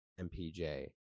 MPJ